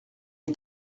est